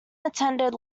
attended